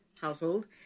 household